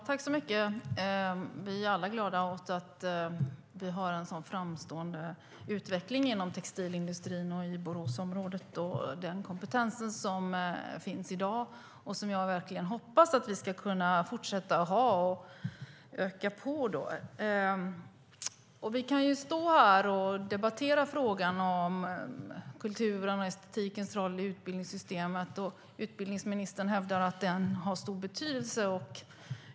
Herr talman! Vi är alla glada åt att vi har en sådan framstående utveckling inom textilindustrin och i Boråsområdet. Jag hoppas att den kompetens som finns i dag ska leva kvar och ökas på. Vi kan debattera kulturens och det estetiskas roll i utbildningssystemet, och utbildningsministern menar att den har stor betydelse.